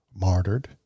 martyred